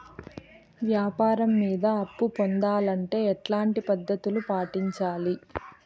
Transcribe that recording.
వ్యాపారం మీద అప్పు పొందాలంటే ఎట్లాంటి పద్ధతులు పాటించాలి?